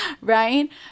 Right